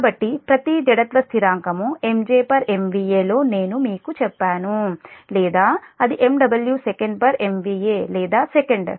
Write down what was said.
కాబట్టి ప్రతి జడత్వ స్థిరాంకం MJ MVA లో నేను మీకు చెప్పాను లేదా అది MW sec MVA లేదా సెకండ్